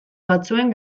batzuen